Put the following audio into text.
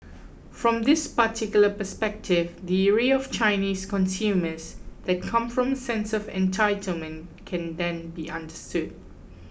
from this particular perspective the ire of Chinese consumers that come from a sense of entitlement can then be understood